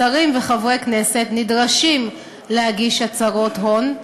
שרים וחברי הכנסת נדרשים להגיש הצהרות הון,